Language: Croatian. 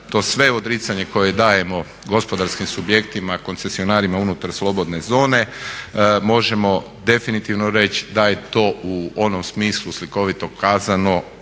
to sve odricanje koje dajemo gospodarskim subjektima, koncesionarima unutar slobodne zone možemo definitivno reći da je to u onom smislu slikovito kazano,